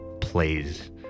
plays